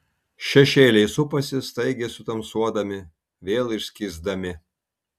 šešėliai supasi staigiai sutamsuodami vėl išskysdami